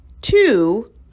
two